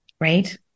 Right